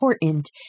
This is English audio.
important